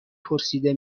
پرسیده